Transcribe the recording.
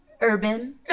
urban